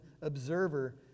observer